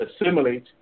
assimilate